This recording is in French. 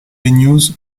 news